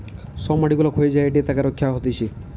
সব মাটি গুলা ক্ষয়ে যায়েটে তাকে রক্ষা করা হতিছে